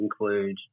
include